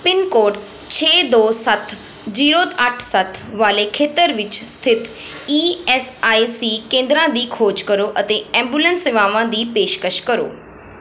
pin code ਛੇ ਦੋ ਸੱਤ ਜ਼ੀਰੋ ਅੱਠ ਸੱਤ ਵਾਲੇ ਖੇਤਰ ਵਿੱਚ ਸਥਿਤ ਈ ਐਸ ਆਈ ਸੀ ਕੇਂਦਰਾਂ ਦੀ ਖੋਜ ਕਰੋ ਅਤੇ ਐਂਬੂਲੈਂਸ ਸੇਵਾਵਾਂ ਦੀ ਪੇਸ਼ਕਸ਼ ਕਰੋ